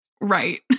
right